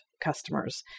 customers